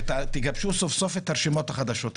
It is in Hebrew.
ותגבשו סוף-סוף את הרשימות החדשות האלה.